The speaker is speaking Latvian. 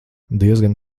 diezgan